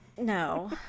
No